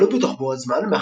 הוא כלוא בתוך בועת זמן,